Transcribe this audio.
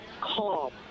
calm